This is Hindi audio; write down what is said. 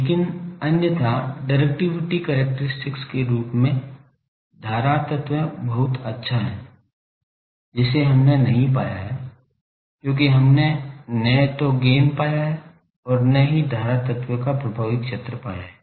लेकिन अन्यथा डायरेक्टिव कैरेक्टरिस्टिक के रूप में धारा तत्व बहुत अच्छा है जिसे हमने नहीं पाया है क्योंकि हमने न तो गैन पाया है और न ही धारा तत्व का प्रभावी क्षेत्र पाया है